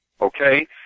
Okay